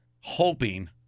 hoping